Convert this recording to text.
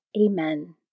Amen